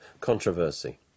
controversy